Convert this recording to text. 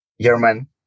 german